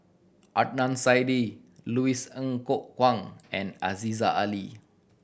Adnan Saidi Louis Ng Kok Kwang and Aziza Ali